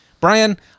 Brian